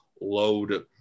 load